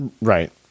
Right